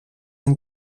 ein